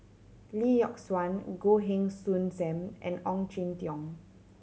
Lee Yock Suan Goh Heng Soon Sam and Ong Jin Teong